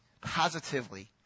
positively